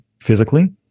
physically